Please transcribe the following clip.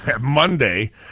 Monday